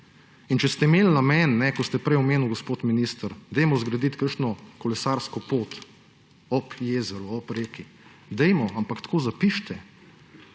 če ste imeli namen, ko ste prej omenili, gospod minister, zgraditi kakšno kolesarsko pot ob jezeru, ob reki, dajmo, ampak tako zapišite.